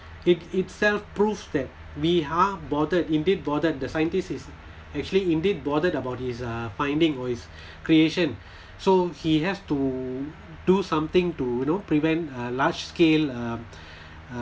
it itself proves that we are bothered indeed bothered the scientist is actually indeed bothered about his uh finding or his creation so he has to do something to you know prevent a large scale uh uh